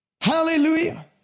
Hallelujah